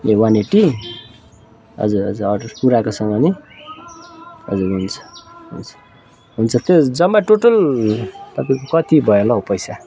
ए one eighty हजुर हजुर order पुऱ्याएको समय नि हजुर हुन्छ हुन्छ त्यो जम्मा टोटल तपाईँको कति भयो होला हो पैसा